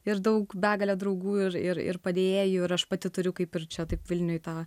ir daug begalę draugų ir ir ir padėjėjų ir aš pati turiu kaip ir čia taip vilniuj tą